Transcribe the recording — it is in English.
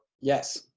Yes